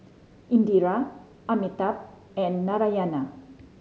Indira Amitabh and Narayana